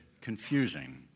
confusing